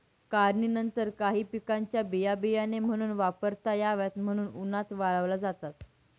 काढणीनंतर काही पिकांच्या बिया बियाणे म्हणून वापरता याव्यात म्हणून उन्हात वाळवल्या जातात